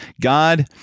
God